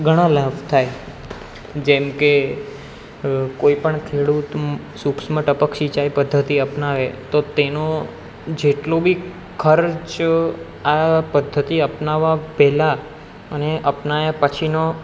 ઘણા લાભ થાય જેમ કે કોઈ પણ ખેડૂત સુક્ષ્મ ટપક સિંચાઈ પદ્ધતિ અપનાવે તો તેનો જેટલું બી ખર્ચ આ પદ્ધતિ અપનાવા પહેલાં અને અપનાવ્યા પછીનો